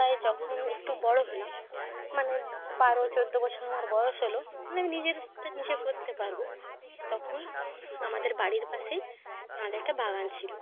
তাই যখন একটু বড় হলাম মানে বারো চোদ্দ বছর আমার বয়স হল মানে আমি নিজেরটা নিজে করতে পারব তখন আমাদের বাড়ির পাশেই আমাদের একটা বাগান ছিল